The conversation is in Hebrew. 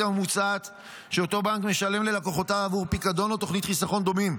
הממוצעת שאותו בנק משלם ללקוחותיו עבור פיקדון או תוכנית חיסכון דומים.